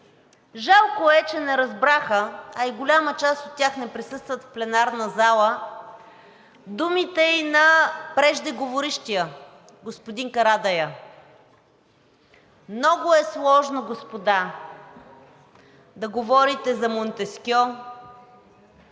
Жалко е, че не разбраха, а и голяма част от тях не присъстват в пленарната зала, думите на преждеговорившия – господин Карадайъ. Много е сложно, господа, да говорите за Монтескьо